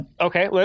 Okay